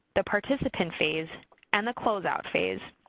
the participant phase and the closeout phase.